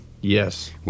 yes